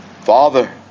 Father